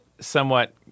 somewhat